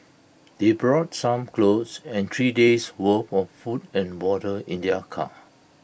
they brought some clothes and three days' worth of food and water in their car